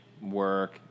work